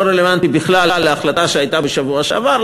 זה לא רלוונטי בכלל להחלטה שהייתה בשבוע שעבר.